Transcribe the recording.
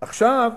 עכשיו,